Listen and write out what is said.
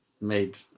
made